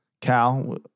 Cal